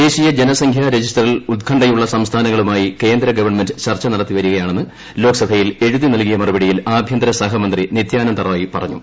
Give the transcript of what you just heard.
്ദേശീയ ജനസംഖ്യാ രജിസ്റ്ററിൽ ഉത്കണ്ഠയുള്ള് സ്ംസ്ഥാനങ്ങളുമായി കേന്ദ്ര ഗവൺമെന്റ് ചർച്ച നടത്തിപ്പിപ്പരികയാണെന്ന് ലോക്സഭയിൽ എഴുതി നൽകിയ മറുപട്ട്യിൽ ആഭ്യന്തര സഹമന്ത്രി നിത്യാനന്ദ റായ് പറഞ്ഞു